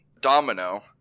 domino